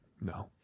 No